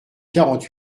quarante